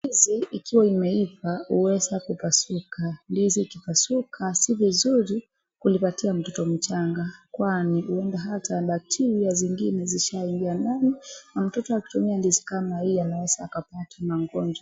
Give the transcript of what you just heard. Ndizi ikiwa imeiva huweza kupasuka. Ndizi ikipasuka si vizuri kulipatia mtoto mchanga kwani huenda hata bacteria zingine zishaaingia ndani na mtoto akitumia ndizi kama hii anaeza akapata magonjwa.